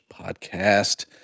podcast